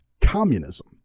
Communism